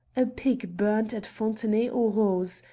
a pig burned at fontenay-aux roses,